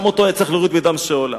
גם אותו היה צריך להוריד בדם שאולה.